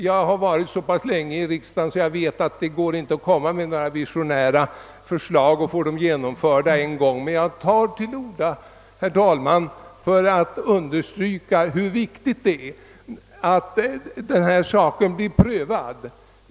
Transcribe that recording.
Jag har varit så pass länge i riksdagen, att jag vet att det inte är möjligt att få några visionära förslag genomförda med en gång, men jag har tagit till orda, herr talman, för att understryka hur viktigt det är att denna sak blir prövad.